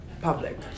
public